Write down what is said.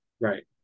Right